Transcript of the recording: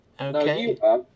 Okay